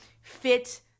fit